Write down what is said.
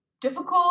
difficult